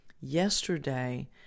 yesterday